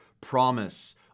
promise